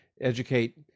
educate